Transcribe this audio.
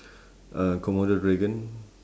a komodo dragon